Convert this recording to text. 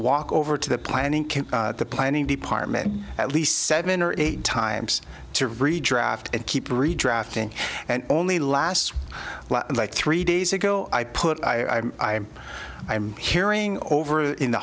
walk over to the planning the planning department at least seven or eight times to redraft and keep redrafting and only last like three days ago i put i i am i'm hearing over in the